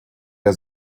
der